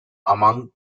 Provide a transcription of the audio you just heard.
among